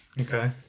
Okay